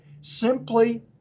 simply